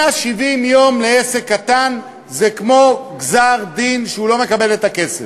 170 יום לעסק קטן זה כמו גזר-דין שהוא לא מקבל את הכסף.